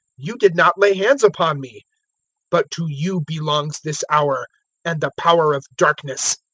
you did not lay hands upon me but to you belongs this hour and the power of darkness.